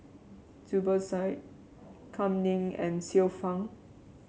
Zubir Said Kam Ning and Xiu Fang